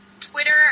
Twitter